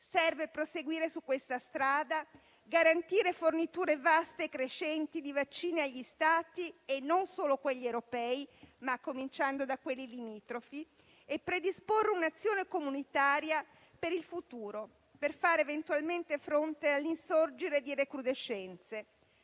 Serve proseguire su questa strada, garantire forniture vaste e crescenti di vaccini agli Stati, non solo quelli europei, ma cominciando da quelli limitrofi, e predisporre un'azione comunitaria per il futuro, per far fronte eventualmente all'insorgere di recrudescenze.